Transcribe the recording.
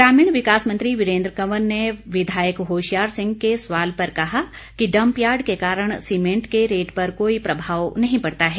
ग्रामीण विकास मंत्री वीरेंद्र कंवर ने विधायक होशियार सिंह के सवाल पर कहा कि डंप यार्ड के कारण सीमेंट के रेट पर कोई प्रभाव नहीं पड़ता है